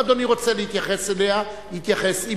אם אדוני רוצה להתייחס אליה, יתייחס.